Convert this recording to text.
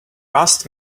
asked